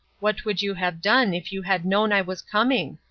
what would you have done if you had known i was coming?